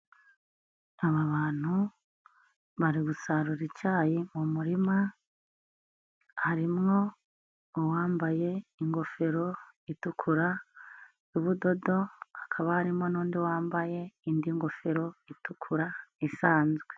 Aba bantu bari gusarura icyayi mumurima, harimo uwambaye ingofero itukura y'ubudodo, akaba harimo n'undi wambaye indi ngofero itukura isanzwe.